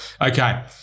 Okay